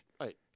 Right